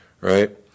Right